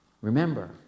Remember